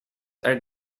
are